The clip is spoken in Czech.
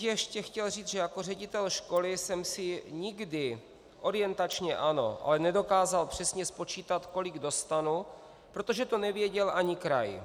Ještě bych chtěl říct, že jako ředitel školy jsem si nikdy, orientačně ano, ale nedokázal přesně spočítat, kolik dostanu, protože to nevěděl ani kraj.